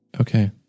Okay